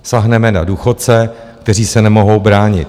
Sáhneme a důchodce, kteří se nemohou bránit.